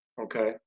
Okay